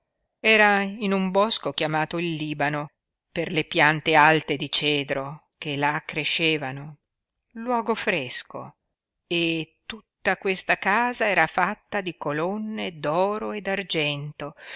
era in un bosco chiamato il libano per le piante alte di cedro che là crescevano luogo fresco e tutta questa casa era fatta di colonne d'oro e d'argento